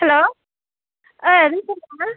हेल' ओइ बुक दं ना